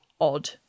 odd